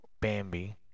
Bambi